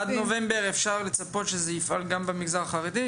עד נובמבר אפשר לצפות שזה יפעל גם במגזר החרדי?